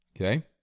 Okay